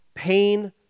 Pain